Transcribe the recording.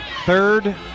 third